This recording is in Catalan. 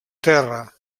terra